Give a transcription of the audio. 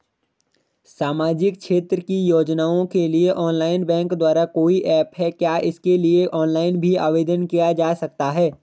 सामाजिक क्षेत्र की योजनाओं के लिए ऑनलाइन बैंक द्वारा कोई ऐप है क्या इसके लिए ऑनलाइन भी आवेदन किया जा सकता है?